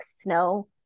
snow